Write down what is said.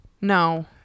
No